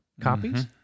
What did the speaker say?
copies